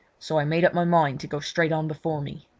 so i made up my mind to go straight on before me.